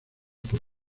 por